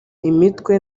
imitwe